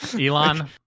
Elon